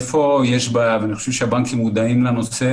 איפה יש בעיה, ואני חושב שהבנקים מודעים לנושא